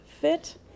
fit